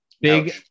big